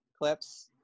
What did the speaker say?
clips